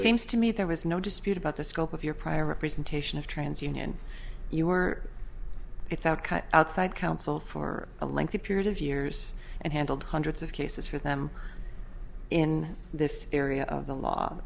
seems to me there was no dispute about the scope of your prior representation of trans union you were its outcome outside counsel for a lengthy period of years and handled hundreds of cases for them in this area of the law